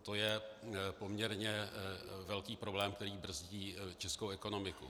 To je poměrně velký problém, který brzdí českou ekonomiku.